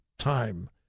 Time